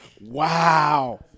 Wow